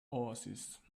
oasis